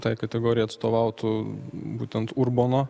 tai kategorijai atstovautų būtent urbono